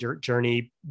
journey